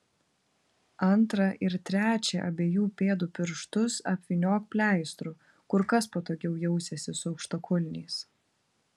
antrą ir trečią abiejų pėdų pirštus apvyniok pleistru kur kas patogiau jausiesi su aukštakulniais